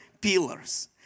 pillars